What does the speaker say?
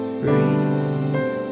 breathe